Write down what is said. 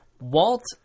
Walt